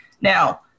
Now